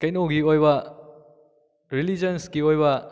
ꯀꯩꯅꯣꯒꯤ ꯑꯣꯏꯕ ꯔꯤꯂꯤꯖꯟꯁꯀꯤ ꯑꯣꯏꯕ